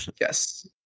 Yes